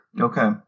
Okay